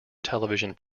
television